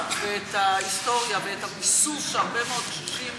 וההיסטוריה והביסוס שהרבה מאוד קשישים